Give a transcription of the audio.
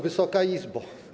Wysoka Izbo!